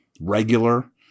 regular